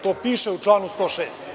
To piše u članu 106.